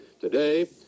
today